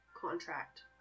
contract